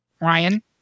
Ryan